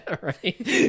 right